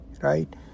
right